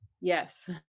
Yes